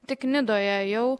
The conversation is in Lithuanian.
tik nidoje jau